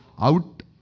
out